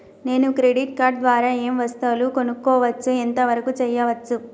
నేను credit card ద్వారా ఏం వస్తువులు కొనుక్కోవచ్చు ఎంత వరకు చేయవచ్చు?